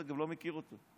לא מכיר אותו.